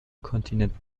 kontinent